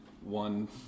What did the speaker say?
one